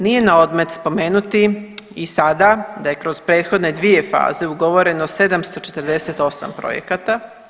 Nije naodmet spomenuti i sada da je kroz prethodne dvije faze ugovoreno 748 projekata.